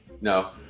No